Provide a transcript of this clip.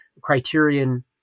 Criterion